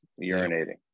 urinating